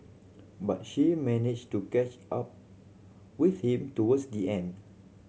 but she managed to catch up with him towards the end